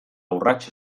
urrats